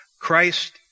Christ